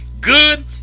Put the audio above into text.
Good